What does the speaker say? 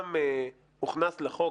אומנם הוכנס לחוק,